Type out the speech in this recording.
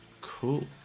Cool